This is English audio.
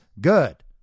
good